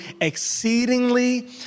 exceedingly